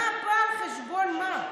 מה בא על חשבון מה.